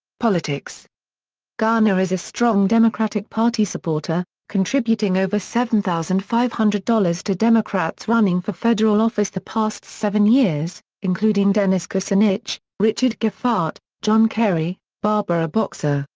politics garner is a strong democratic party supporter, contributing over seven thousand five hundred dollars to democrats running for federal office the past seven years, including dennis kucinich, richard gephardt, john kerry, barbara boxer,